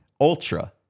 Ultra